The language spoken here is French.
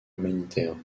humanitaire